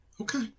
Okay